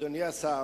אדוני השר,